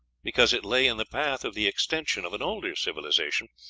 because it lay in the path of the extension of an older civilization,